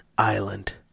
Island